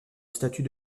statut